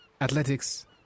Athletics